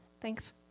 thanks